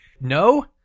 No